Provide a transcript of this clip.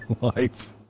life